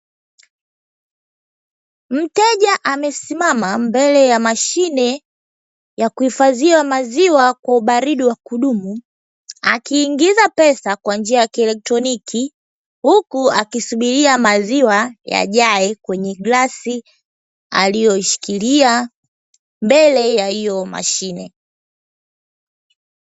Mteja amesimama mbele ya mashine ya kuhifadhia maziwa kwa ubaridi wa kudumu, akiingiza pesa kwa njia ya kielektroniki, huku akisubiria maziwa yajae kwenye glasi aliyoishikilia, mbele ya hiyo mashine.